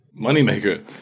moneymaker